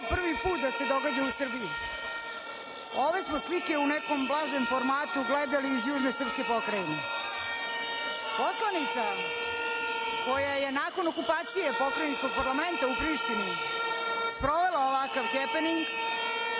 prvi put da se događa u Srbiji, ove smo slike u nekom blažem formatu gledali iz južne srpske pokrajine. Poslanica koja je nakon okupacije pokrajinskog parlamenta u Prištini sprovela ovakav hepening